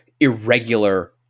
irregular